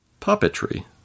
puppetry